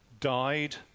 died